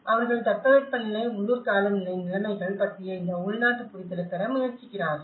அவர்கள் தட்பவெப்பநிலை உள்ளூர் காலநிலை நிலைமைகள் பற்றிய இந்த உள்நாட்டு புரிதலைப் பெற முயற்சி செய்கிறார்கள்